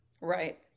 Right